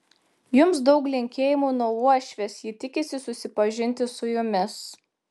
jums daug linkėjimų nuo uošvės ji tikisi susipažinti su jumis